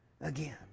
again